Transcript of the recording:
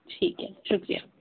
ٹھیک ہے شُکریہ